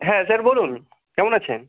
হ্যাঁ স্যার বলুন কেমন আছেন